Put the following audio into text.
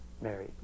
married